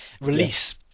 release